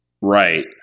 Right